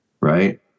right